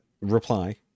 reply